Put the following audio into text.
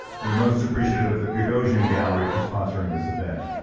we're most appreciative of the gagosian gallery for sponsoring this event.